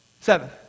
Seven